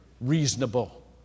reasonable